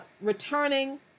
returning